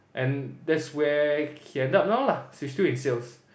and that's where he end up now lah he's still in sales